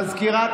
מזכירת